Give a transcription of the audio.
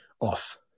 off